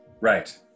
right